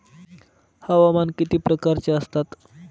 हवामान किती प्रकारचे असतात?